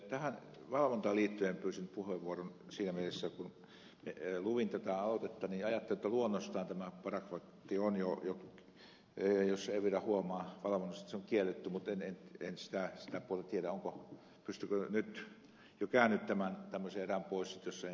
tähän valvontaan liittyen pyysin puheenvuoron siinä mielessä että kun luin tätä aloitetta niin ajattelin että luonnostaan tämä parakvatti on jo jos evira sen huomaa valvonnassa kielletty mutta en sitä puolta tiedä pystyykö nyt jo käännyttämään tämmöisen erän pois jos se todetaan